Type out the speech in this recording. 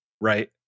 right